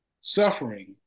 suffering